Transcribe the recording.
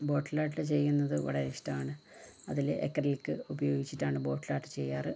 ബോട്ടിൽ art ചെയ്യുന്നത് വളരെ ഇഷ്ട്ടമാണ് അതില് അക്രിലിക് ഉപയോഗിച്ചിട്ടാണ് ബോട്ടിൽ ആർട്ട് ചെയ്യാറ്